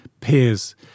peers